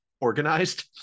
organized